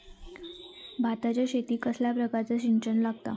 भाताच्या शेतीक कसल्या प्रकारचा सिंचन लागता?